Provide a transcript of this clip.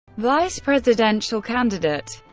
vice presidential candidate